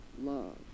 love